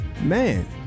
man